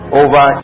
over